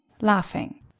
laughing